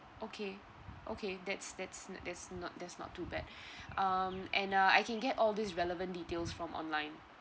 okay okay that's that's not that's not that's not too bad um and uh I can get all these relevant details from online